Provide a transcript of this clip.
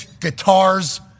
guitars